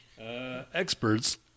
Experts